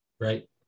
right